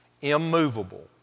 immovable